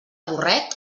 burret